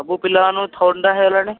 ସବୁ ପିଲାମାନଙ୍କୁ ଥଣ୍ଡା ହେଇଗଲାଣି